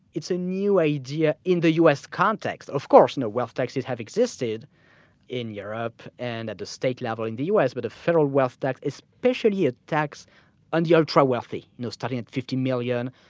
it's a new idea in the u. s. context. of course no wealth taxes have existed in europe and at the state level in the us, but a federal wealth tax, especially a tax on the ultra-wealthy starting at fifty million